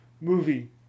movie